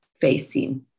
facing